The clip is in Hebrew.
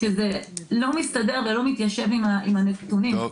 שזה לא מסתדר ולא מתיישב עם הנתונים.